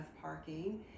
parking